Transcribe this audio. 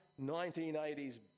1980s